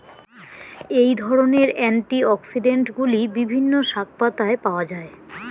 এই ধরনের অ্যান্টিঅক্সিড্যান্টগুলি বিভিন্ন শাকপাতায় পাওয়া য়ায়